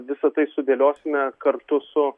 visa tai sudėliosime kartu su